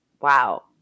Wow